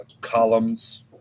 Columns